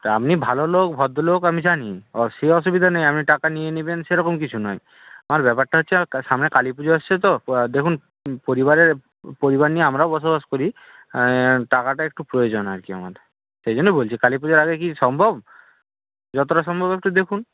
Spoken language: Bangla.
তা আপনি ভালো লোক ভদ্রলোক আমি জানি সে অসুবিধা নেই আপনি টাকা নিয়ে নেবেন সেরকম কিছু নয় আমার ব্যাপারটা হচ্ছে সামনে কালী পুজো আসছে তো দেখুন পরিবারের পরিবার নিয়ে আমরাও বসবাস করি টাকাটা একটু প্রয়োজন আর কি আমার সেই জন্য বলছি কালী পুজোর আগে কি সম্ভব যতটা সম্ভব একটু দেখুন